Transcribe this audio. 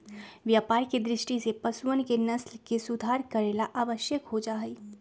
व्यापार के दृष्टि से पशुअन के नस्ल के सुधार करे ला आवश्यक हो जाहई